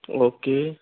او کے